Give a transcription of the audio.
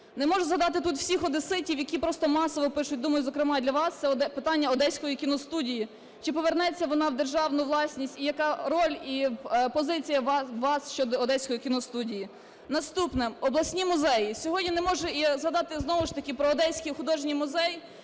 Не можу не згадати тут всіх одеситів, які просто масово пишуть, думаю, зокрема і до вас. Це питання Одеської кіностудії. Чи повернеться вона в державну власність? І яка роль і позиція вас щодо Одеської кіностудії? Наступне. Обласні музеї. Сьогодні можу не згадати знову ж таки про Одеський художній музей.